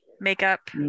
makeup